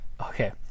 Okay